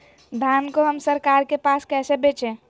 धान को हम सरकार के पास कैसे बेंचे?